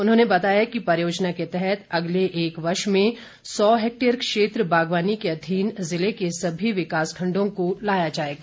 उन्होंने बताया कि परियोजना के तहत अगले एक वर्ष में सौ हैक्टेयर क्षेत्र बागवानी के अधीन ज़िले के सभी विकास खण्डों को लाया जाएगा